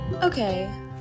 okay